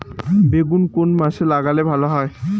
বেগুন কোন মাসে লাগালে ভালো হয়?